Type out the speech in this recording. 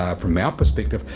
um from our perspective,